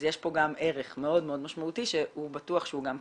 אז יש פה גם ערך מאוד מאוד משמעותי שבטוח שהוא גם כלכלי.